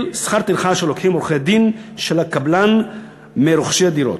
את שכר הטרחה שלוקחים עורכי-הדין של הקבלן מרוכשי הדירות.